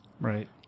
Right